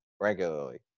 regularly